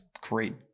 great